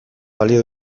balio